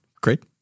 great